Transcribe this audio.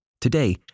Today